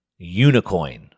Unicoin